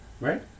Right